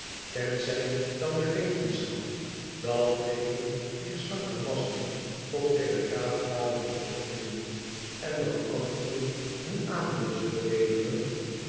tenzij dan de wetenschap dat velen dier slanke masten tot telegraafpalen opgroeijen en dat anderen hun aandeel zullen leveren